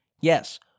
Yes